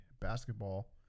basketball